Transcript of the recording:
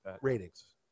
ratings